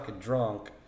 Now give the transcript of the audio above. drunk